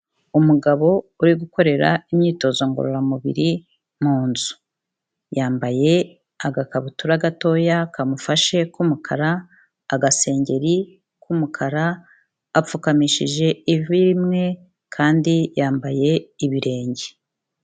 Umugabo uri gukorera imyitozo ngororamubiri mu nzu. Yambaye agakabutura gatoya, kamufashe k'umukara, agasengeri k'umukara, apfukamishije ivi rimwe kandi yambaye ibirenge.